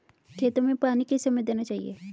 खेतों में पानी किस समय देना चाहिए?